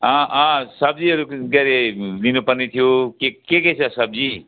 अँ अँ सब्जीहरू के रे लिनुपर्ने थियो के के के छ सब्जी